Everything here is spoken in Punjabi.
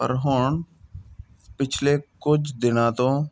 ਪਰ ਹੁਣ ਪਿਛਲੇ ਕੁਝ ਦਿਨਾਂ ਤੋਂ